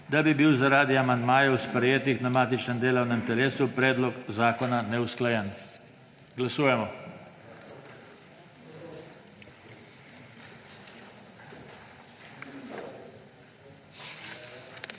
da bi bil zaradi amandmajev, sprejetih na matičnem delovnem telesu, predlog zakona neusklajen. Glasujemo.